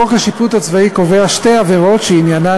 חוק השיפוט הצבאי קובע שתי עבירות שעניינן